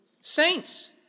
Saints